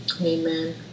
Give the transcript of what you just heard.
Amen